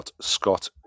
Scott